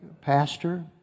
Pastor